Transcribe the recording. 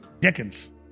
Dickens